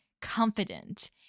confident